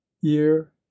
year